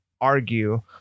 argue